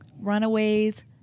runaways